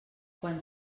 quan